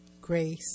grace